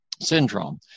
syndrome